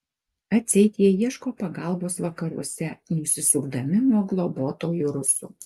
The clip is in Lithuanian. atseit jie ieško pagalbos vakaruose nusisukdami nuo globotojų rusų